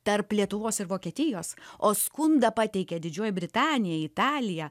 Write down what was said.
tarp lietuvos ir vokietijos o skundą pateikė didžioji britanija italija